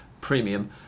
Premium